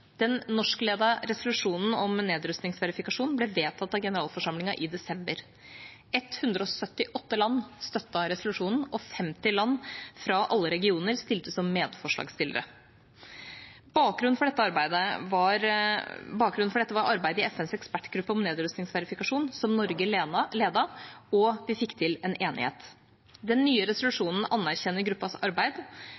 Den norskledede resolusjonen om nedrustningsverifikasjon ble vedtatt av Generalforsamlingen i desember. 178 land støttet resolusjonen, og 50 land fra alle regioner stilte som medforslagsstillere. Bakgrunnen for dette var arbeidet i FNs ekspertgruppe om nedrustningsverifikasjon, som Norge ledet, og vi fikk til en enighet. Den nye